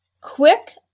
quick